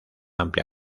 amplia